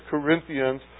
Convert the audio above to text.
Corinthians